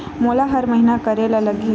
मोला हर महीना करे ल लगही?